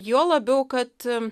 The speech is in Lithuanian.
juo labiau kad